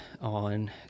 on